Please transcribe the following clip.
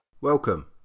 Welcome